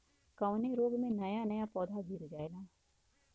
कवने रोग में नया नया पौधा गिर जयेला?